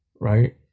Right